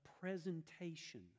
presentation